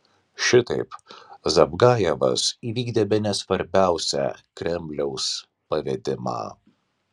šitaip zavgajevas įvykdė bene svarbiausią kremliaus pavedimą